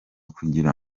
kugira